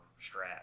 strap